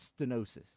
stenosis